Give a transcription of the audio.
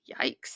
yikes